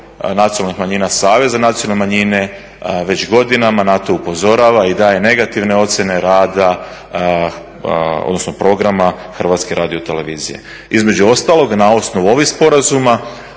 nacionalnih manjina, Saveza nacionalne manjine već godina na to upozorava i daje negativne ocjene rada odnosno programa Hrvatske radiotelevizije. Između ostalog na osnovu ovih sporazuma